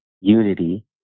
unity